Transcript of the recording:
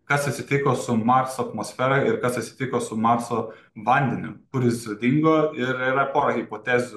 kas atsitiko su marso atmosfera ir kas atsitiko su marso vandeniu kur jis dingo ir yra pora hipotezių